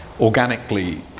organically